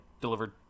delivered